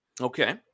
Okay